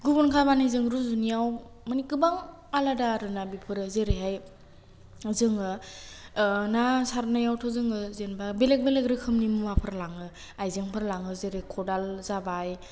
गुबुन खामानिजों रुजुनायाव मानि गोबां आलादा आरो ना बेफोरो जेरैहाय जोङो ना सरनायावथ' जोङो जेन'बा बेलेग बेलेग रोखोमनि मुवाफोर लाङो आइजेंफोर लाङो जेरै खदाल जाबाय